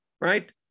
Right